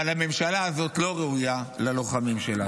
אבל הממשלה הזאת לא ראויה ללוחמים שלה.